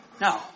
No